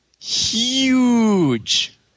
Huge